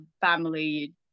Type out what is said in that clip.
family